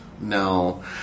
no